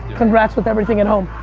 congrats with everything at home.